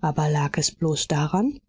aber lag es bloß daran